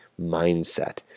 mindset